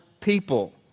people